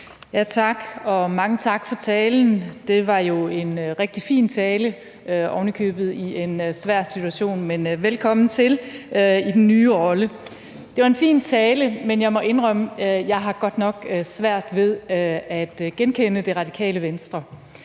(V): Tak, og mange tak for talen. Det var jo en rigtig fin tale, ovenikøbet i en svær situation, men velkommen i den nye rolle. Det var en fin tale, men jeg må indrømme, at jeg godt nok har svært ved at genkende Det Radikale Venstre.